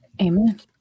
Amen